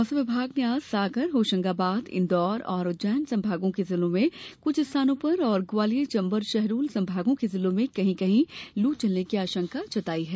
मौसम विभाग ने आज सागर होशंगाबाद इन्दौर और उज्जैन संभागों के जिलों में कुछ स्थानों पर और ग्वालियर चंबल शहडोल संभागों के जिलों में कहीं कहीं लू चलने की आशंका व्यक्त की है